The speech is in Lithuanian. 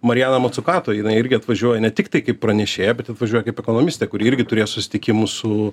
mariana matsukato jinai irgi atvažiuoja ne tiktai kaip pranešėja bet atvažiuoja kaip ekonomistė kuri irgi turės susitikimų su